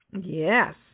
Yes